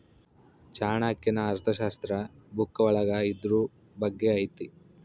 ಚಾಣಕ್ಯನ ಅರ್ಥಶಾಸ್ತ್ರ ಬುಕ್ಕ ಒಳಗ ಇದ್ರೂ ಬಗ್ಗೆ ಐತಿ